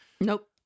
Nope